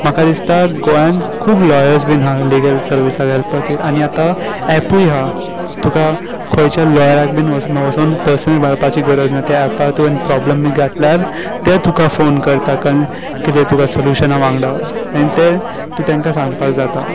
म्हाका दिसता गोंयांत खूब लॉयर्स बी आसा लिगल सरविसाक हॅल्प करपा खातीर आनी आतां एपूय आसा तुका खंयच्या लॉयराक बी वचून वचून पर्सनली मेळपाची गरज ना त्या एपार तुवें प्रोब्लेम बी घातल्यार ते तुका फोन करता कितेंय तुका सोलुशना वांगडा तें तूं तांकां सांगपाक जाता